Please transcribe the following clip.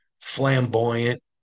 flamboyant